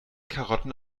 karotten